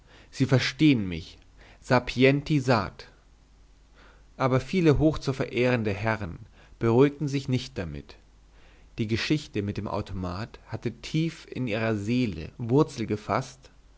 sie verstehen mich sapienti sat aber viele hochzuverehrende herren beruhigten sich nicht dabei die geschichte mit dem automat hatte tief in ihrer seele wurzel gefaßt